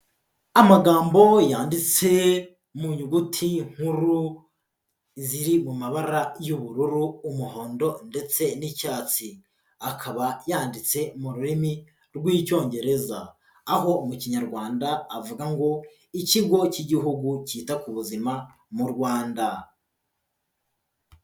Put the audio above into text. Amagambo yanditse mu nyuguti nkuru ziri mu mabara y'ubururu, umuhondo ndetse n'icyatsi. Akaba yanditse mu rurimi rw'Icyongereza aho mu kinyarwanda avuga ngo Ikigo cy'Igihugu cyita ku Buzima mu Rwanda.